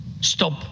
stop